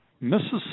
Mississippi